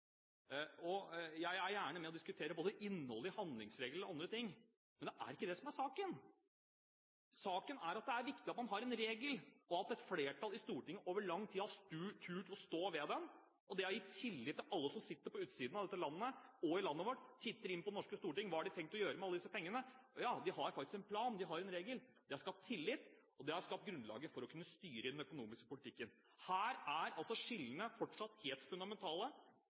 eksperimenter. Jeg er gjerne med på å diskutere både innholdet i handlingsregelen og andre ting, men det er ikke det som er saken. Saken er at det er viktig at man har en regel og at et flertall i Stortinget over lang tid har tort å stå ved den. Det har gitt tillit til alle som sitter på utsiden av dette landet – og i landet vårt – og titter inn på Det norske stortinget: Hva har de tenkt å gjøre med alle disse pengene? Jo, de har faktisk en plan, de har en regel. Det har skapt tillit, og det har skapt grunnlaget for å kunne styre i den økonomiske politikken. Her er altså skillene fortsatt helt fundamentale